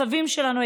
הסבים שלנו,